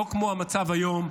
לא כמו המצב היום,